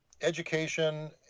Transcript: education